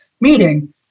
meeting